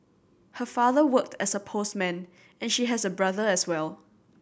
her father worked as a postman and she has a brother as well